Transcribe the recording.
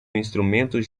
instrumentos